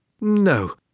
No